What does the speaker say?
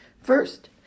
First